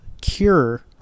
Cure